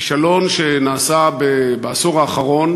כישלון שנעשה בעשור האחרון,